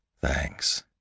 Thanks